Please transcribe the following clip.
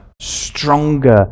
stronger